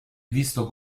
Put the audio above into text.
visto